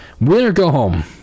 Winner-go-home